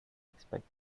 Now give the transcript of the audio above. expect